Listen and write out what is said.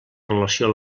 relació